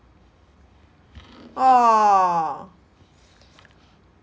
!aww!